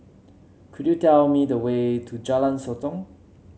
could you tell me the way to Jalan Sotong